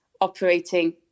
operating